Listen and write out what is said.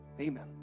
Amen